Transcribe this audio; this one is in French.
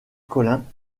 collins